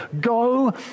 go